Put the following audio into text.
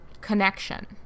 connection